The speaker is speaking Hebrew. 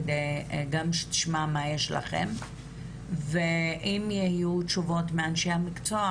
כדי גם שהיא תשמע מה יש לכם ואם יהיו תשובות מאנשי המקצוע,